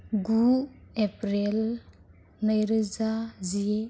गु एप्रिल नैरोजा जि